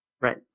Right